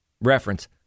reference